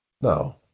No